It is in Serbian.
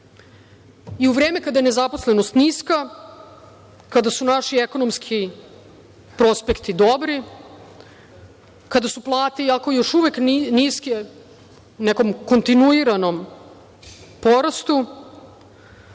u vreme kada je nezaposlenost niska, kada su naši ekonomski prospekti dobri, kada su plate, iako još uvek niske, u nekom kontinuiranom porastu,